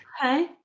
okay